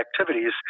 activities